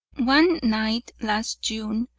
one night last june,